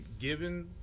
given